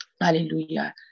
hallelujah